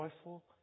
joyful